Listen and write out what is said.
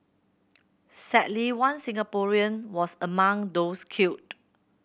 sadly one Singaporean was among those killed